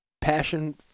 passion